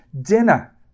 dinner